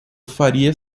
faria